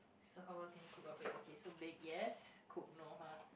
so how well can you cook or bake okay so bake yes cook no uh